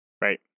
Right